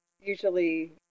usually